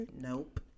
nope